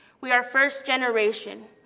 we are first-generation.